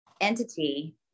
entity